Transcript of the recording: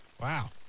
Wow